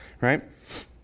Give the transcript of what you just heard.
right